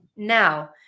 Now